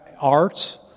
arts